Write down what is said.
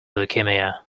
leukemia